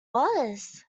was